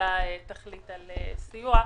שהממשלה תחליט על סיוע.